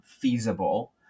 feasible